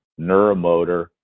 neuromotor